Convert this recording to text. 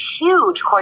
huge